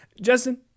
Justin